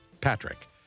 Patrick